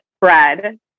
bread